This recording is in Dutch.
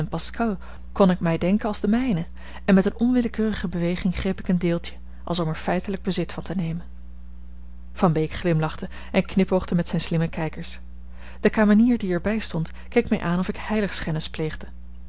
pascal kon ik mij denken als de mijnen en met eene onwillekeurige beweging greep ik een deeltje als om er feitelijk bezit van te nemen van beek glimlachte en knipoogde met zijne slimme kijkers de kamenier die er bij stond keek mij aan of ik